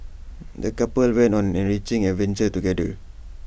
the couple went on an enriching adventure together